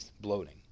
bloating